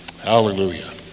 Hallelujah